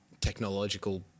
Technological